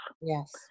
Yes